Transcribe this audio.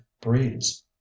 breeze